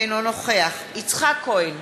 אינו נוכח יצחק כהן,